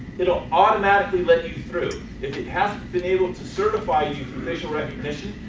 it will automatically let you through. if it hasn't been able to certify you for facial recognition,